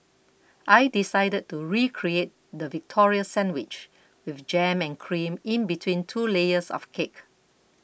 I decided to recreate the Victoria Sandwich with jam and cream in between two layers of cake